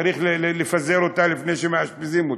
צריך לפזר אותה לפני שמאשפזים אותה,